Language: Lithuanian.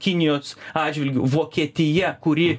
kinijos atžvilgiu vokietija kuri